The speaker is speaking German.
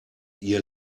ihr